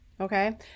Okay